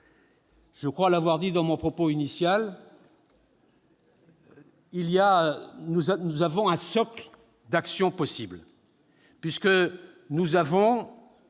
Je crois l'avoir dit dans mon propos initial, nous avons un socle d'actions possibles